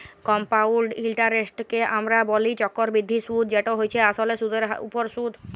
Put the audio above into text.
compound ইলটারেস্টকে আমরা ব্যলি চক্করবৃদ্ধি সুদ যেট হছে আসলে সুদের উপর সুদ